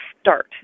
start